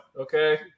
Okay